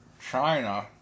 China